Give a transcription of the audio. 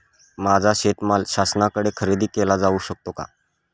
माझा शेतीमाल शासनाकडे खरेदी केला जाऊ शकतो का?